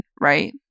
right